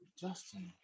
Justin